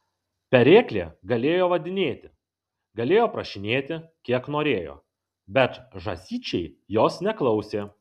pereklė galėjo vadinėti galėjo prašinėti kiek norėjo bet žąsyčiai jos neklausė